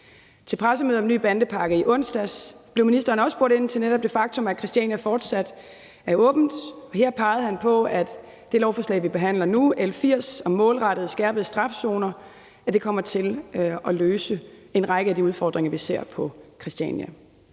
Til pressemødet om den nye bandepakke i onsdags blev ministeren også spurgt ind til netop det faktum, at handelen på Christiania fortsat var åben, og han pegede på, at det lovforslag, vi behandler nu, L 80, om målrettede skærpede strafzoner kommer til at løse en række af de udfordringer, vi ser på Christiania.